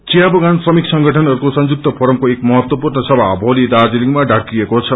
चिया बगान श्रमिक संगठनहरूको संयुक्त फोरमको एक महत्वपूर्ण सभा भोलि दार्जीलिङमा डाकिएको छ